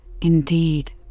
indeed